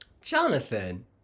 Jonathan